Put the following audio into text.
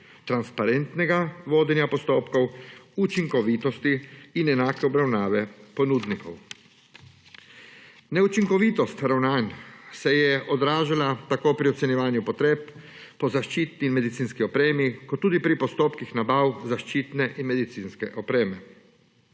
transparentnega vodenja postopkov, učinkovitosti in enake obravnave ponudnikov. Neučinkovitost ravnanj se je odražala tako pri ocenjevanju potreb po zaščitni medicinski opremi kot tudi pri postopkih nabav zaščitne in medicinske opreme.